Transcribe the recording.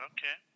Okay